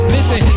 Listen